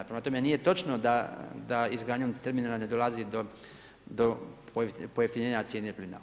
Prema tome, nije točno da izgradnjom terminala ne dolazi do pojeftinjenja cijene plina.